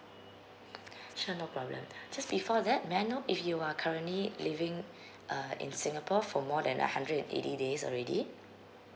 sure no problem just before that may I know if you are currently living uh in singapore for more than a hundred and eighty days already